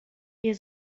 ihr